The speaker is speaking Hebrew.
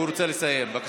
הוא רוצה לסיים, בבקשה.